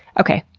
okay,